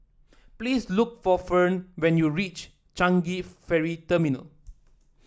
please look for Ferne when you reach Changi Ferry Terminal